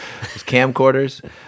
camcorders